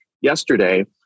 yesterday